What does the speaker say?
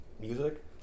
music